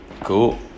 Cool